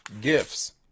gifts